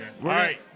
right